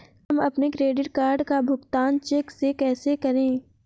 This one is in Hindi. हम अपने क्रेडिट कार्ड का भुगतान चेक से कैसे करें?